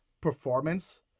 performance